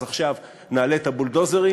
אז עכשיו נעלה את הבולדוזרים.